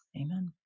Amen